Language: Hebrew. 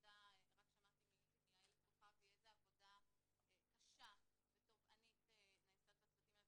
אני שמעתי מאיילת כוכבי איזה עבודה קשה ותובענית נעשית בצוותים האלה,